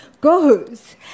goes